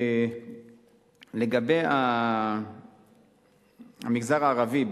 לגבי המגזר הערבי,